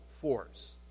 force